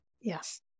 Yes